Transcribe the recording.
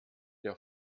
der